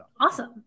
Awesome